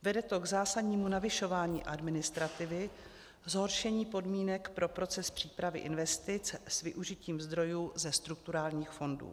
Vede to k zásadnímu navyšování administrativy, zhoršení podmínek pro proces přípravy investic s využitím zdrojů ze strukturálních fondů.